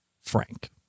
Frank